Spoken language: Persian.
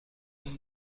این